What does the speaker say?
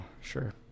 sure